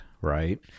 right